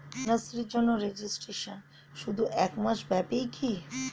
কন্যাশ্রীর জন্য রেজিস্ট্রেশন শুধু এক মাস ব্যাপীই কি?